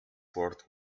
worked